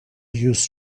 used